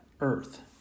Earth